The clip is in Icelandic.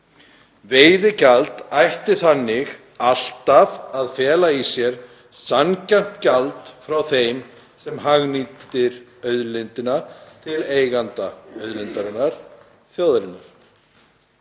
Veiðigjald ætti þannig alltaf að fela í sér sanngjarnt gjald frá þeim sem hagnýtir auðlindina til eiganda auðlindarinnar, þjóðarinnar.